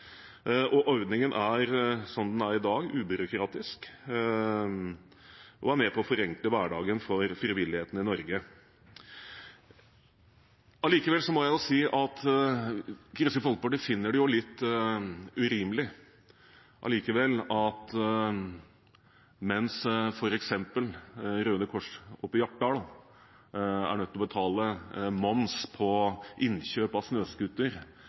kr. Ordningen er, sånn den er i dag, ubyråkratisk, og den er med på å forenkle hverdagen for frivilligheten i Norge. Kristelig Folkeparti finner det allikevel litt urimelig at mens f. eks. Røde Kors i Hjartdal er nødt til å betale moms på innkjøp av